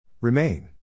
Remain